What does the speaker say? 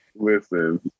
listen